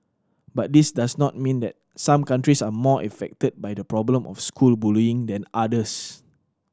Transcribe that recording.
but this does not mean that some countries are more affected by the problem of school bullying than others